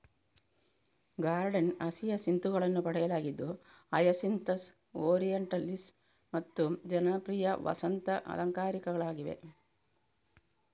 garden ಹಸಿಯಸಿಂತುಗಳನ್ನು ಪಡೆಯಲಾಗಿದ್ದು hyacinthus, orientalis ಮತ್ತು ಜನಪ್ರಿಯ ವಸಂತ ಅಲಂಕಾರಿಕಗಳಾಗಿವೆ